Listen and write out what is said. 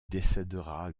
décédera